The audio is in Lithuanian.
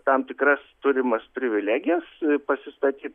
tam tikras turimas privilegijas pasistatyt